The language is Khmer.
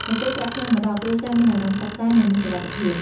នៅពេលប្រាក់ផ្ញើមកដល់ គ្រួសារមានអារម្មណ៍សុខសាន្ត និងមានសុវត្ថិភាព។